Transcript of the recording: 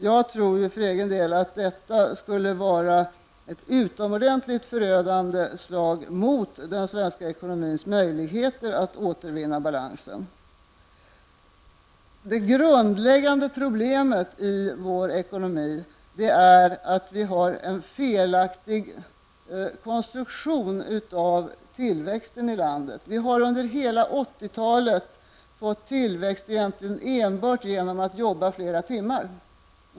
Jag tror för egen del att detta skulle vara ett utomordentligt förödande slag mot den svenska ekonomins möjligheter att återvinna balansen. Det grundläggande problemet i vår ekonomi är att vi har en felaktig konstruktion av tillväxten i landet. Vi har under hela 80-talet fått tillväxt egentligen enbart genom att jobba flera timmar.